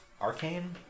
Arcane